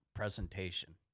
presentation